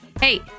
Hey